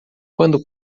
quando